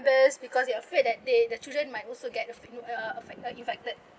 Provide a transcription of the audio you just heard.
because they're afraid that they the children might also get the f~ uh affect uh infected